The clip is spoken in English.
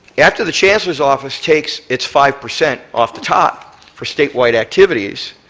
after the chancellor's office takes its five percent off the top for statewide activities,